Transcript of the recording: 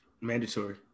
Mandatory